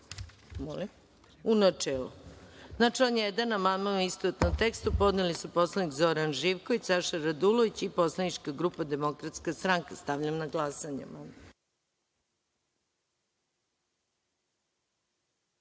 u načelu. Na član 1. amandman, u istovetnom tekstu, podneli su narodni poslanik Zoran Živković, Saša Radulović i poslanička grupa Demokratska stranka. Stavljam na glasanje